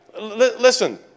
Listen